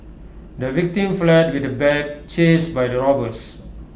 the victim fled with the bag chased by the robbers